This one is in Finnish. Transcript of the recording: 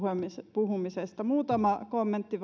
puhumiselta muutama kommentti